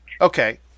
Okay